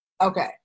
Okay